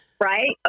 right